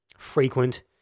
frequent